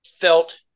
felt